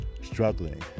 struggling